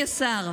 השר,